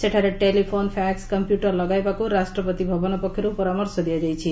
ସେଠାରେ ଟେଲିଫୋନ ଫ୍ୟାକୁ କମ୍ପ୍ୟଟର ଲଗାଇବାକୁ ରାଷ୍ଟ୍ରପତି ଭବନ ପକ୍ଷରୁ ପରାମର୍ଶ ଦିଆଯାଇଛି